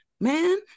Man